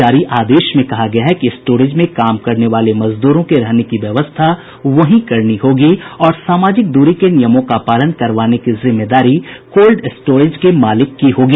जारी आदेश में कहा गया है कि स्टोरेज में काम करने वाले मजदूरों के रहने की व्यवस्था वहीं करनी होगी और सामाजिक दूरी के नियमों का पालन करवाने की जिम्मेदारी कोल्ड स्टोरेज के मालिक की होगी